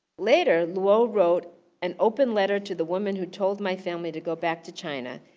later, luo wrote an open letter to the woman who told my family to go back to china.